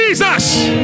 jesus